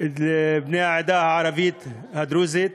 של בני העדה הערבית הדרוזית.